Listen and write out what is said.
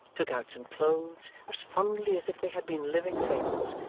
took out some clothes as fondly as if they had been living things,